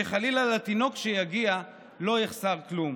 שחלילה לתינוק שיגיע לא יחסר כלום.